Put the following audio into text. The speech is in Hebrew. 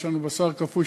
יש לנו בשר קפוא,